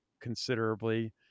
considerably